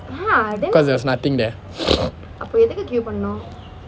because there was nothing there